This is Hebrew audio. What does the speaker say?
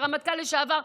הרמטכ"ל לשעבר,